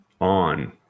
on